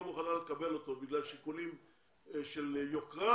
מוכנה לקבל אותו בגלל שיקולים של יוקרה,